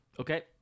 okay